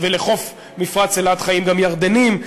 ולחוף מפרץ אילת חיים גם ירדנים,